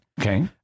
Okay